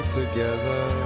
together